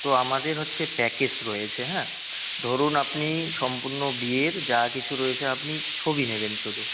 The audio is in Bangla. তো আমাদের হচ্ছে প্যাকেজ রয়েছে হ্যাঁ ধরুন আপনি সম্পূর্ণ বিয়ের যা কিছু রয়েছে আপনি ছবি নেবেন শুধু